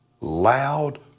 loud